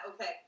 okay